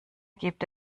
gibt